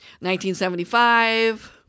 1975